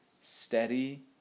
Steady